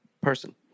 person